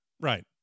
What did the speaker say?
Right